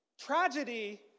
Tragedy